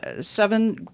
seven